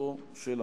עריכתו של המשאל.